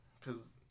cause